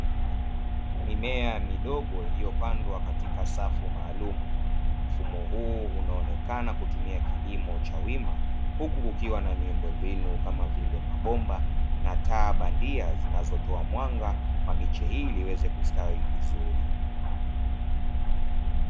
Mimea midogo iliyopandwa katika safu maalumu. Mfumo huu unaonekana kutumia kilimo cha wima huku kukiwa na miundo mbinu kama vile, mabomba na taa bandia zinazotoa mwanga kwa miche hii ili iweze kustawi vizuri.